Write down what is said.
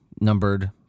numbered